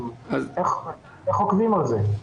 איך עוקבים אחרי זה?